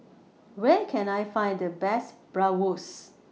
Where Can I Find The Best Bratwurst